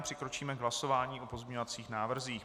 Přikročíme k hlasování o pozměňovacích návrzích.